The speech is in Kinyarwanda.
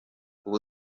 ubu